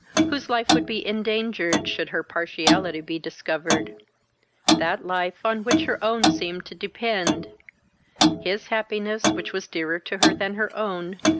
whose life would be endangered, should her partiality be discovered that life on which her own seemed to depend his happiness, which was dearer to her than her own,